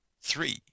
Three